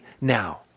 now